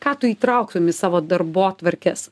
ką tu įtrauktum į savo darbotvarkes